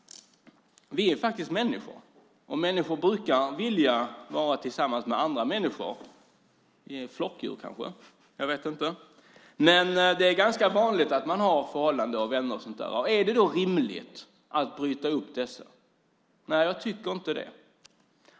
Vi är faktiskt människor, och människor brukar vilja vara tillsammans med andra människor. Vi är kanske flockdjur. Det är ganska vanligt att man har förhållanden, vänner och sådant. Är det då rimligt att bryta upp dessa? Nej, jag tycker inte det.